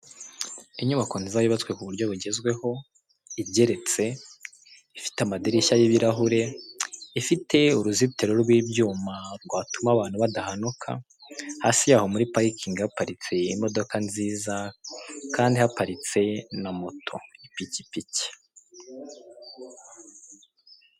Inyubako nziza yubatswe ku buryo bugezweho, igeretse, ifite amadirishya y'ibirahure, ifite uruzitiro rw'ibyuma rwatuma abantu badahanuka, hasi yaho muri parikingi haparitse imokoka nziza kandi haparitse na moto, ipikipiki.